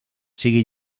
sigui